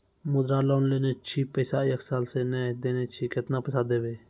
मुद्रा लोन लेने छी पैसा एक साल से ने देने छी केतना पैसा देब?